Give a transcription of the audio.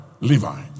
Levi